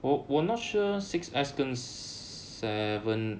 well we're not sure six essence seven